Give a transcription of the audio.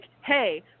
hey